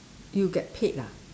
you get paid ah